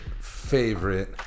favorite